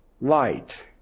light